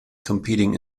competing